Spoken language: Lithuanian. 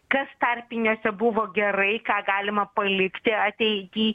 kas tarpiniuose buvo gerai ką galima palikti ateity